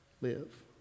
live